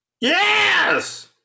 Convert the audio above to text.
Yes